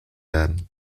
werden